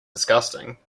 disgusting